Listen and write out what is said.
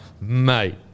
Mate